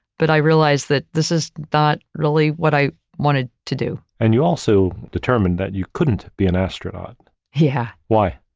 but i realized that this is not really what i wanted to do. and you also determined that you couldn't be an astronaut. yeah. why?